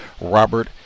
Robert